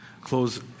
close